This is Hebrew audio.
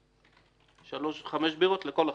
חמש בירות לכל החבר'ה.